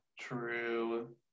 true